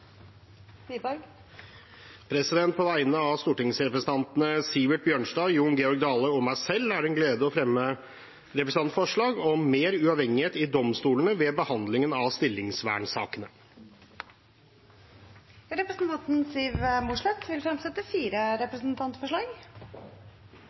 På vegne av stortingsrepresentantene Sivert Bjørnstad, Jon Georg Dale og meg selv har jeg gleden av å fremme et representantforslag om mer uavhengighet i domstolene ved behandlingen av stillingsvernsakene. Representanten Siv Mossleth vil fremsette fire